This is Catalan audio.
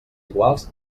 iguals